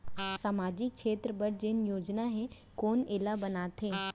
सामाजिक क्षेत्र बर जेन योजना हे कोन एला बनाथे?